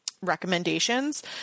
recommendations